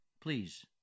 please